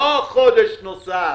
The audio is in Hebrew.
לא חודש נוסף.